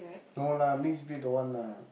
no lah mixed breed don't want lah